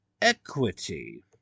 equity